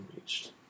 reached